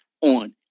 on